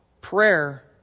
Prayer